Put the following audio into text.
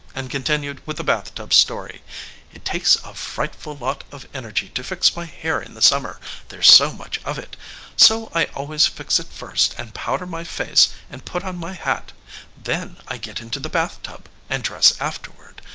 and continued with the bathtub story it takes a frightful lot of energy to fix my hair in the summer there's so much of it so i always fix it first and powder my face and put on my hat then i get into the bathtub, and dress afterward.